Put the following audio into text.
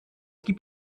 gibt